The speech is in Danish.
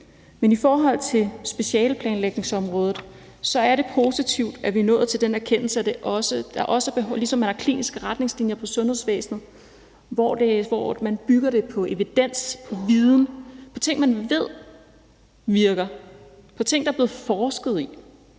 Men i forhold til specialeplanlægningsområdet er det positivt, at vi er nået til den erkendelse, at det, ligesom man har kliniske retningslinjer for sundhedsvæsenet, hvor man bygger det på evidens, på viden, på ting, man ved virker, på ting, der er blevet forsket i,